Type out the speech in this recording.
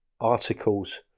articles